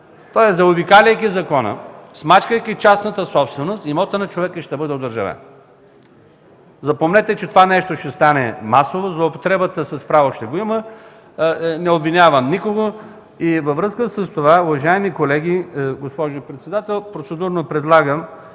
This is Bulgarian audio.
Тоест заобикаляйки закона, смачквайки частната собственост, имотът на човека ще бъде одържавен. Запомнете, че това може да стане масово. Злоупотребата с право ще я има. Не обвинявам никого. Във връзка с това, уважаеми колеги, госпожо председател, процедурно предлагам